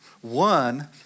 One